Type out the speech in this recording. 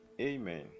amen